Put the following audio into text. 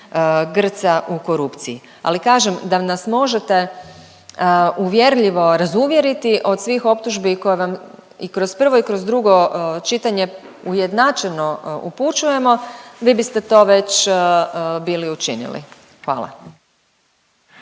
grca u korupciji. Ali kažem da nas možete uvjerljivo razuvjeriti, od svih optužbi koje vam i kroz prvo i kroz drugo čitanje ujednačeno upućujemo, vi biste to već bili učinili. Hvala.